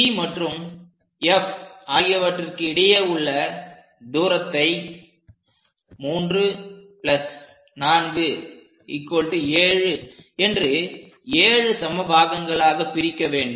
C மற்றும் F ஆகியவற்றிற்கு இடையே உள்ள தூரத்தை 347 என்று 7 சம பாகங்களாகப் பிரிக்க வேண்டும்